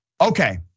okay